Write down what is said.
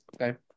Okay